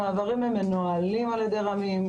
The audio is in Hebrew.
המעברים מנוהלים על ידי רמ"ים,